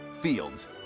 Fields